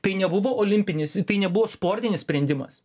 tai nebuvo olimpinis tai nebuvo sportinis sprendimas